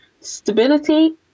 Stability